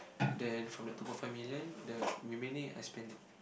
then from the two point five million the remaining I spend it